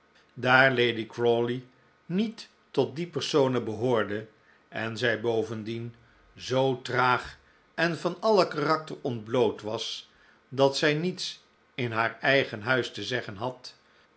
daar lady crawley niet tot die personen behoorde en zij bovendien zoo traag en van alle karakter ontbloot was dat zij niets in haar eigen huis te zeggen had